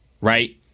right